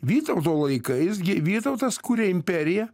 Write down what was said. vytauto laikais gi vytautas kūrė imperiją